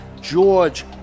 George